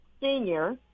senior